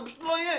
זה פשוט לא יהיה.